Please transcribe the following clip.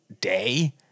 day